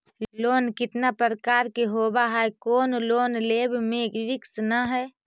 Loan कितना प्रकार के होबा है कोन लोन लेब में रिस्क न है?